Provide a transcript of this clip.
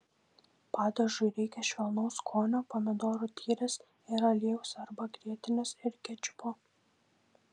padažui reikia švelnaus skonio pomidorų tyrės ir aliejaus arba grietinės ir kečupo